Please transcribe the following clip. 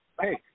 hey